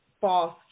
false